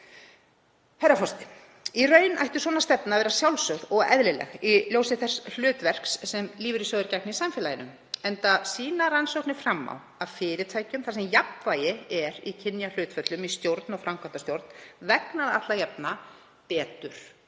Herra forseti. Í raun ætti svona stefna að vera sjálfsögð og eðlileg í ljósi þess hlutverks sem lífeyrissjóðir gegna í samfélaginu, enda sýna rannsóknir fram á að fyrirtækjum þar sem jafnvægi er í kynjahlutföllum í stjórn og framkvæmdastjórn vegnar alla jafna betur